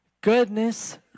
Goodness